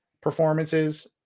performances